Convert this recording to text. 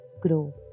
grow